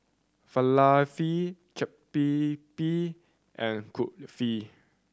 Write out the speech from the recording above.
Falafel Chaat Papri and Kulfi